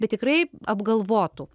bet tikrai apgalvotų